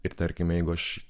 ir tarkime jeigu aš